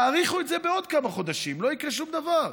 תאריכו את זה בעוד כמה חודשים, לא יקרה שום דבר.